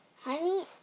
Honey